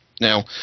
Now